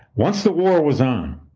once the war was on,